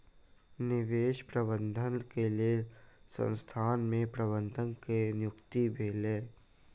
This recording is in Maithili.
निवेश प्रबंधन के लेल संसथान में प्रबंधक के नियुक्ति भेलै